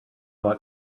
lot